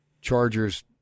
Chargers